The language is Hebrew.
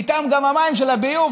ואיתם גם המים של הביוב,